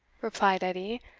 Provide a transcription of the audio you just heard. replied edie,